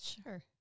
Sure